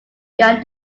beyond